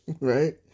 right